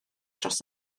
dros